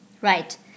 Right